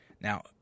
now